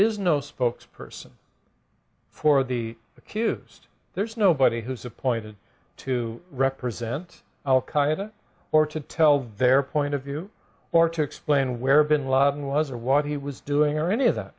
is no spokesperson for the accused there's nobody who's appointed to represent al qaeda or to tell vair point of view or to explain where bin laden was or what he was doing or any of that